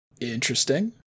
Interesting